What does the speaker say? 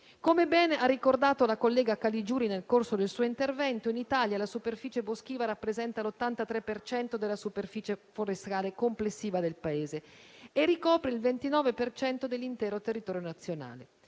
Come bene ha ricordato la senatrice Caligiuri nel corso del suo intervento, in Italia la superficie boschiva rappresenta l'83 per cento della superficie forestale complessiva del Paese e ricopre il 29 per cento dell'intero territorio nazionale,